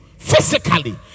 physically